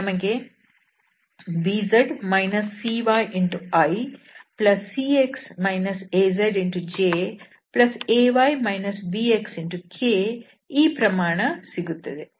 ನಮಗೆ ijk ಈ ಪ್ರಮಾಣವು ಸಿಗುತ್ತದೆ